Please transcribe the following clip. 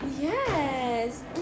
Yes